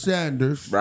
Sanders